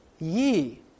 ye